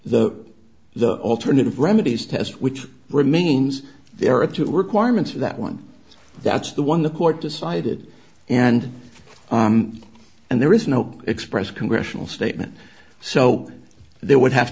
the the alternative remedies test which remains there are two requirements for that one that's the one the court decided and and there is no express congressional statement so there would have